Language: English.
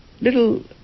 little